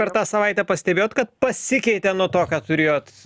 per tą savaitę pastebėjot kad pasikeitė nuo to ką turėjot